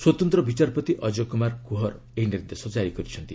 ସ୍ୱତନ୍ତ ବିଚାରପତି ଅଜୟ କୁମାର କୁହର୍ ଏହି ନିର୍ଦ୍ଦେଶ ଜାରି କରିଛନ୍ତି